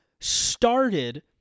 started